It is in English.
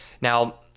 Now